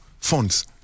funds